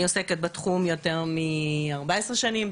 אני עוסקת בתחום יותר מ-14 שנים,